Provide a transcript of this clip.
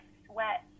sweat